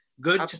Good